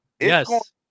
Yes